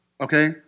okay